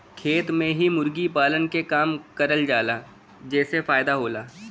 खेत में ही मुर्गी पालन के काम करल जाला जेसे फायदा होला